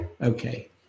okay